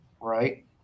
right